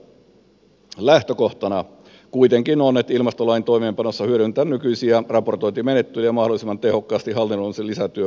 lähtökohtana kuitenkin on että ilmastolain toimeenpanossa hyödynnetään nykyisiä raportointimenettelyjä mahdollisimman tehokkaasti hallinnollisen lisätyön välttämiseksi